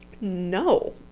no